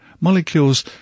Molecules